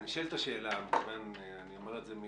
נשאלת השאלה אני אומר זה גם